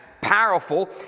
powerful